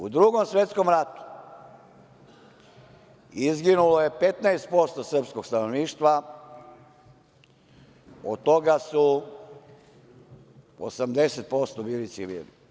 U Drugom svetskom ratu izginulo je 15% srpskog stanovništva, od toga su 80% bili civili.